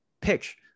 pitch